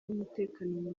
y’umutekano